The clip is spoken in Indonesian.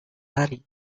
hari